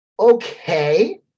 okay